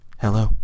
Hello